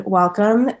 welcome